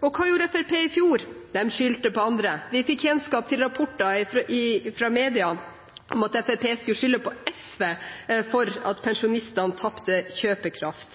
Hva gjorde Fremskrittspartiet i fjor? De skyldte på andre. Fra media fikk vi kjennskap til rapporter om at Fremskrittspartiet skulle skylde på SV for at pensjonistene tapte kjøpekraft,